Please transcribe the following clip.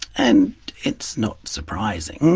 and it's not surprising.